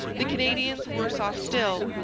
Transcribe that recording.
the canadians worse off still.